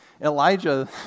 Elijah